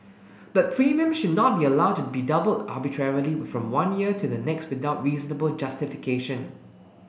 but premiums should not be allowed to be double arbitrarily from one year to the next without reasonable justification